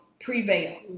prevail